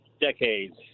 decades